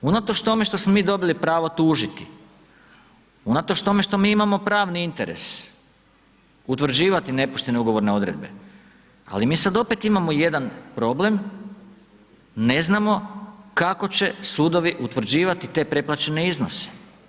Unatoč tome što smo mi dobili pravo tužiti, unatoč tome što mi imamo pravni interes, utvrđivati nepoštene ugovorne odredbe, ali mi sada opet imamo jedan problem, ne znamo, kako će sudovi utvrđivati te preplaćene iznose.